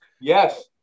Yes